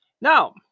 Now